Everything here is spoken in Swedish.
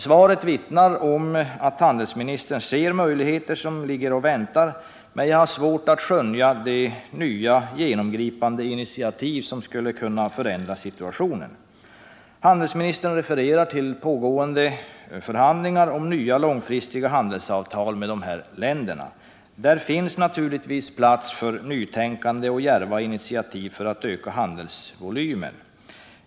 Svaret vittnar om att handelsministern ser möjligheter som ligger och väntar, men jag har svårt att skönja de nya genomgripande initiativ som skulle kunna förändra situationen. Handelsministern refererar till pågående förhandlingar om nya långfristiga handelsavtal med ifrågavarande länder. Där finns naturligtvis plats för nytänkande och djärva initiativ för att öka handelsvolymen.